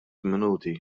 minuti